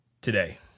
today